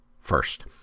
First